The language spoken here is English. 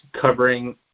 covering